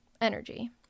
energy